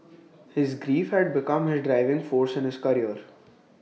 his grief had become his driving force in his career